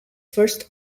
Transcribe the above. first